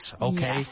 Okay